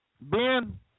Ben